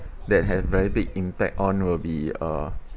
that have very big impact on will be uh